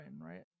right